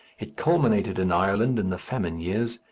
it culminated in ireland in the famine years,